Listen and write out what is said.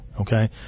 okay